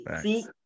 See